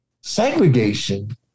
segregation